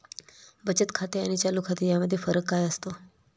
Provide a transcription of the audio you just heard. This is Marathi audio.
बचत खाते आणि चालू खाते यामध्ये फरक काय असतो?